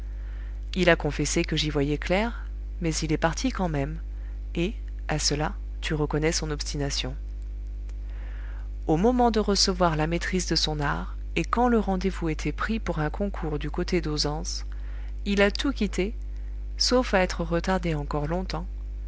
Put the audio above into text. il a confessé que j'y voyais clair mais il est parti quand même et à cela tu reconnais son obstination au moment de recevoir la maîtrise de son art et quand le rendez-vous était pris pour un concours du côté d'ausances il a tout quitté sauf à être retardé encore longtemps